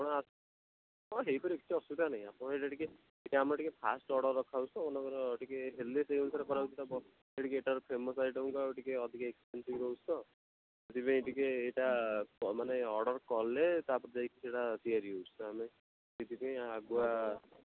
ଆପଣ ହଁ ହୋଇପାରିବ କିଛି ଅସୁବିଧା ନାଇଁ ଆପଣ ଏଇଟା ଟିକିଏ ଏଇଟା ଟିକିଏ ଆମର ଟିକିଏ ଫାଷ୍ଟ୍ ଅର୍ଡ଼ର୍ ରଖାହେଉଛି ତ ମନେକର ଟିକିଏ ହେଲ ସେଇ ଅନୁସାରେ କରାହେଉଛି ତ ଟିକିଏ ଏଇଟାର ଫେମସ୍ ଆଇଟମ୍ ତ ଆଉ ଟିକିଏ ଏକ୍ସପେନସିଭ୍ ରହୁଛି ତ ସେଥିପାଇଁ ଟିକିଏ ଏଇଟା ମାନେ ଅର୍ଡ଼ର୍ କଲେ ତା'ପରେ ଯାଇକି ସେଇଟା ତିଆରି ହେଉଛି ତ ଆମେ ସେଥିପାଇଁ ଆଗୁଆ